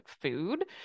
food